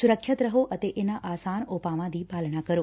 ਸੁਰੱਖਿਅਤ ਰਹੋ ਅਤੇ ਇਨ੍ਹਾਂ ਆਸਾਨ ਉਪਾਵਾਂ ਦੀ ਪਾਲਣਾ ਕਰੋ